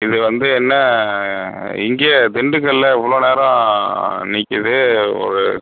இந்து வந்து என்ன இங்கேயே திண்டுக்கல்ல இவ்வளோ நேரம் நிற்கிது ஒரு